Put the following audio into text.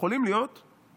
שיכולים להיות אויבים